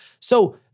So-